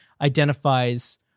identifies